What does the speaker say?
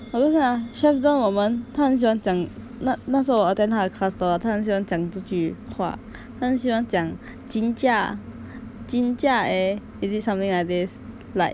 我就想 chef don 我们他很喜欢讲那那时候我 attend 他的 class hor 他很喜欢讲这句话他喜欢讲 jinjja jinjja eh is it something like this like